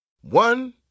One